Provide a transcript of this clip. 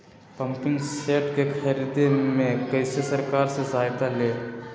Pumping set के ख़रीदे मे कैसे सरकार से सहायता ले?